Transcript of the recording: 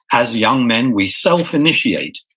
as young men, we self-initiate.